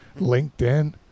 LinkedIn